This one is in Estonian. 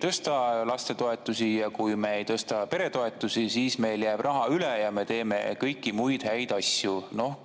kui me ei tõsta lastetoetusi ja kui me ei tõsta peretoetusi, siis meil jääb raha üle ja me teeme kõiki muid häid asju.